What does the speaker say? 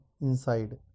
inside